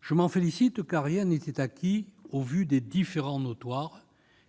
Je m'en félicite, car rien n'était acquis au vu des différends notoires